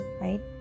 right